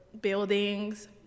buildings